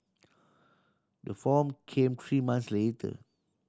the form came three months later